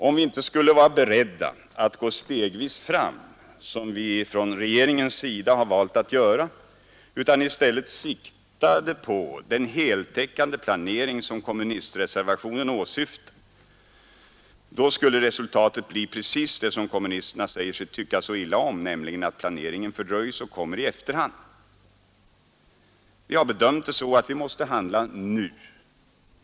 Om vi inte skulle vara beredda att gå stegvis fram, som vi från regeringens sida har valt att göra, utan i stället siktade på den heltäckande planering som kommunistreservationen åsyftar, då skulle resultatet bli precis det som kommunisterna säger sig tycka så illa om, nämligen att planeringen fördröjs och kommer i efterhand. Vi har bedömt det så att vi måste handla nu.